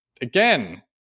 again